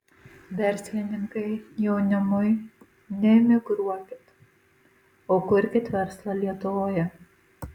verslininkai jaunimui neemigruokit o kurkit verslą lietuvoje